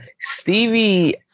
Stevie